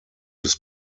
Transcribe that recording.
his